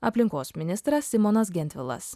aplinkos ministras simonas gentvilas